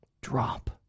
drop